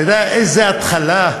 אתה יודע, איזו התחלה,